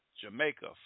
Jamaica